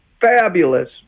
fabulous